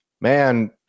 man